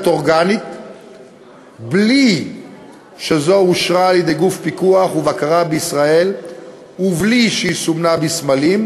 אורגנית בלי שאושרה על-ידי גוף פיקוח ובקרה בישראל ובלי שסומנה בסמלים,